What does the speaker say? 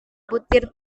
butir